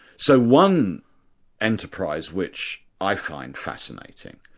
so one enterprise which i find fascinating,